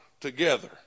together